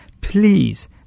Please